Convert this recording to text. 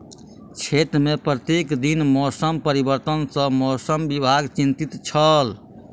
क्षेत्र में प्रत्येक दिन मौसम परिवर्तन सॅ मौसम विभाग चिंतित छल